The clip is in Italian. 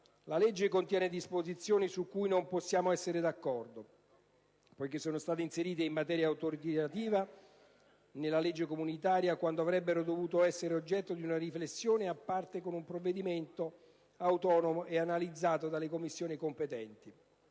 La legge contiene inoltre disposizioni su cui non possiamo essere d'accordo, poiché sono state inserite in maniera autoritativa nella legge comunitaria quando avrebbero dovuto essere oggetto di una riflessione a parte con un provvedimento autonomo e analizzato dalle Commissioni competenti.